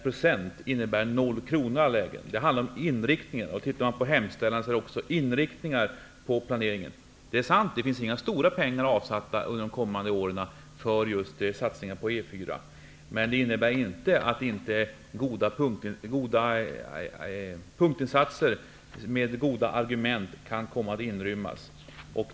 Det handlar här i stället om inriktningen. Även i hemställan talas det om inriktningen på planeringen. Det är sant att inga stora summor är avsatta för de kommande åren för just satsningar på E 4:an. Men det innebär inte att inte bra punktinsatser med goda argument kan komma att inrymmas här.